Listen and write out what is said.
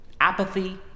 apathy